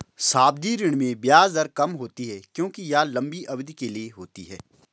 सावधि ऋण में ब्याज दर कम होती है क्योंकि यह लंबी अवधि के लिए होती है